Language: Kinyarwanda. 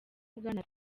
bwana